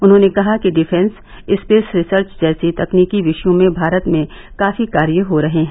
उन्होंने कहा कि डिफेंस स्पेस रिसर्च जैसे तकनीकी वि ायों में भारत में काफी कार्य हो रहे हैं